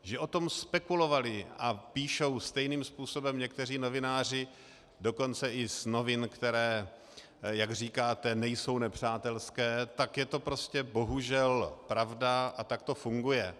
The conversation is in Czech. Že o tom spekulovali a píšou stejným způsobem někteří novináři dokonce i z novin, které jak říkáte, nejsou nepřátelské, tak je to prostě bohužel pravda a tak to funguje.